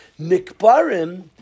Nikbarim